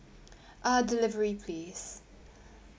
uh delivery please